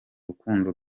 rukundo